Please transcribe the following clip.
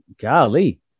golly